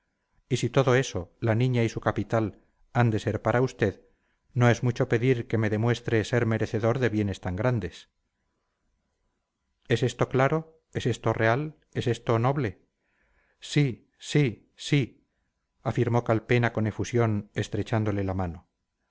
y si todo eso la niña y su capital han de ser para usted no es mucho pedir que me demuestre ser merecedor de bienes tan grandes es esto claro es esto real es esto noble sí sí sí afirmó calpena con efusión estrechándole la mano